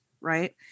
right